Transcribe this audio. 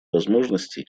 возможностей